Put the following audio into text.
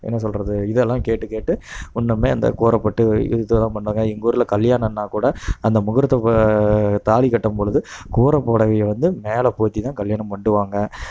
என்ன சொல்கிறது இதெல்லாம் கேட்டு கேட்டு இன்னுமே அந்த கூரைப்பட்டு இதலாம் பண்றாங்க எங்கூரில் கல்யாணம்னால்கூட அந்த முகூர்த்த தாலி கட்டும்பொழுது கூரைப்புடவைய வந்து மேலே போர்த்திதான் கல்யாணம் பண்ணுவாங்க